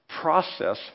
process